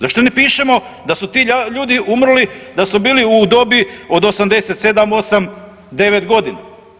Zašto ne pišemo da su ti ljudi umrli da su bili u dobi od 87, 8, 9 godina.